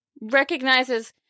recognizes